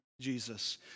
Jesus